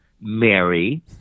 Mary